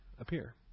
appear